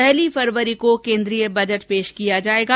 पहली फरवरी को केन्द्रीय बजट प्रस्तुत किया जाएगा